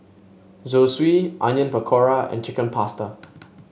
Zosui Onion Pakora and Chicken Pasta